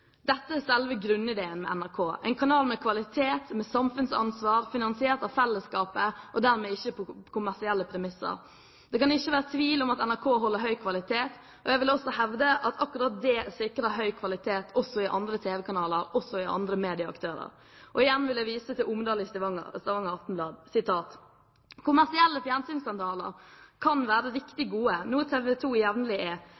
Dette er selve grunnideen med NRK – en kanal med kvalitet, med samfunnsansvar, finansiert av fellesskapet og dermed på ikke-kommersielle premisser. Det kan ikke være tvil om at NRK holder høy kvalitet, og jeg vil hevde at akkurat det sikrer høy kvalitet også i andre tv-kanaler og hos andre medieaktører. Igjen vil jeg vise til Omdal i Stavanger Aftenblad, som sier: «Kommersielle fjernsynskanaler kan være riktig gode, noe TV 2 jevnlig er,